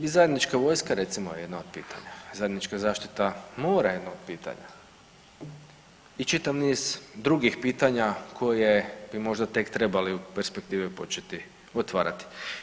I zajednička vojska recimo je jedno od pitanja, zajednička zaštita mora je jedno od pitanja i čitav niz drugih pitanja koje bi možda tek trebali u perspektivi početi otvarati.